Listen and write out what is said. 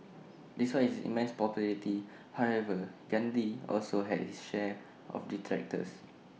despite his immense popularity however Gandhi also had his share of detractors